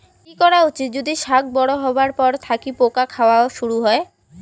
কি করা উচিৎ যদি শাক বড়ো হবার পর থাকি পোকা খাওয়া শুরু হয়?